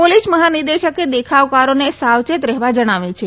police મહાનિદેશકે દેખાવકરોને સાવચેત રહેવા જણાવ્યું છે